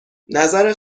نظر